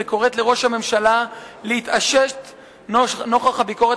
וקוראת לראש הממשלה להתעשת נוכח הביקורת